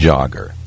Jogger